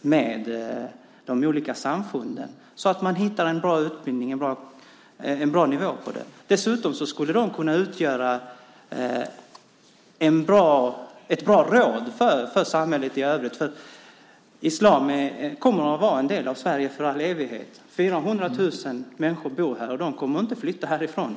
med de olika samfunden, så att man hittar fram till en bra nivå på utbildningen. Dessutom skulle de kunna utgöra ett bra råd för samhället i övrigt, för islam kommer i all evighet att vara en del av Sverige. 400 000 människor bor här. De kommer inte att flytta härifrån.